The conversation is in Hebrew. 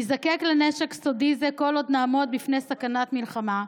ניזקק לנשק סודי זה כל עוד נעמוד בפני סכנת מלחמה,